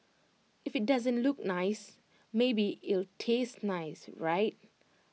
if IT doesn't look nice maybe it'll taste nice right